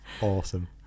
awesome